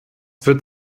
wird